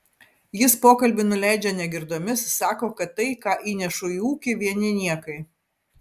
jis pokalbį nuleidžia negirdomis sako kad tai ką įnešu į ūkį vieni niekai